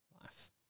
Life